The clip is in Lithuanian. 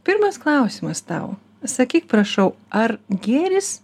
pirmas klausimas tau sakyk prašau ar gėris